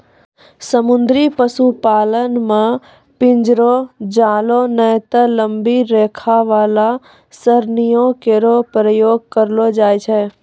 समुद्री पशुपालन म पिंजरो, जालों नै त लंबी रेखा वाला सरणियों केरो प्रयोग करलो जाय छै